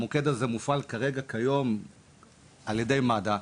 המוקד הזה מופעל כרגע כיום על ידי מד"א.